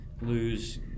lose